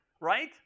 right